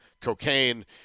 cocaine